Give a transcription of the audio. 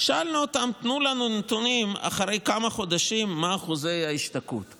תנו לנו נתונים על אחוזי ההשתקעות אחרי כמה חודשים.